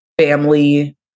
family